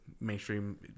mainstream